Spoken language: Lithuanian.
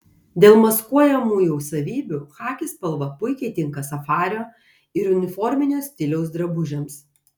dėl maskuojamųjų savybių chaki spalva puikiai tinka safario ir uniforminio stiliaus drabužiams